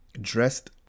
dressed